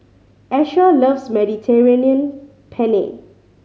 Asher loves Mediterranean Penne